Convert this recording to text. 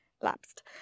lapsed